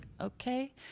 okay